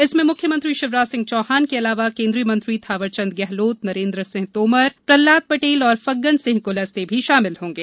इसमें मुख्यमंत्री शिवराज सिंह चौहान के अलावा केंद्रीय मंत्री थावरचंद गहलोत नरेंद्र सिंह तोमर प्रहलाद पटेल और फग्गन सिंह कुलस्ते भी शामिल होंगे